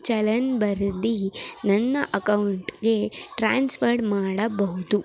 ಚಲನ್ ಬರ್ದು ನನ್ನ ಅಕೌಂಟ್ಗೆ ಟ್ರಾನ್ಸ್ಫರ್ಡ್ ಮಾಡಬಹುದು